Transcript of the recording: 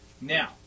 Now